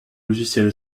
logiciel